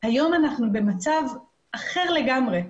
היום אנחנו במצב אחר לגמרי.